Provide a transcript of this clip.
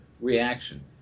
reaction